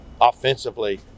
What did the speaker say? offensively